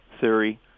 theory